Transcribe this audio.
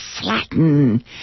flatten